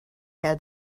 had